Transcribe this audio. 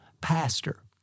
pastor